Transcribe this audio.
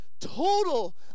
Total